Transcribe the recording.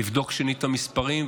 יבדוק שנית את המספרים,